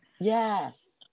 Yes